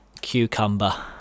cucumber